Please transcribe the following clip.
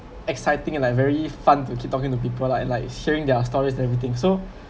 exciting and like very fun to keep talking to people lah and like hearing their stories everything so